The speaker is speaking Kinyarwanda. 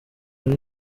wari